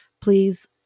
please